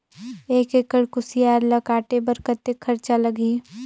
एक एकड़ कुसियार ल काटे बर कतेक खरचा लगही?